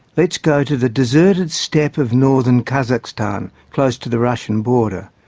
let's go to the deserted steppe of northern kazakhstan close to the russian border.